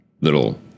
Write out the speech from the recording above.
little